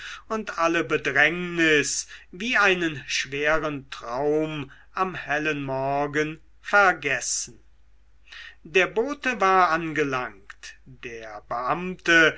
und alle bedrängnis wie einen schweren traum am hellen morgen vergessen der bote war angelangt der beamte